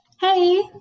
Hey